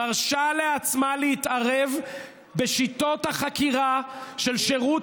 היא מרשה לעצמה להתערב בשיטות החקירה של שירות